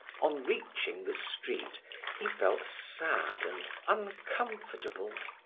on reaching the street he felt sad and uncomfortable.